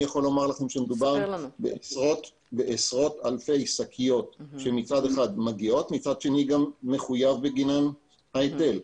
מדובר על עשרות אלפי שקיות שמגיעות וגם מחויב בגינן ההיטל.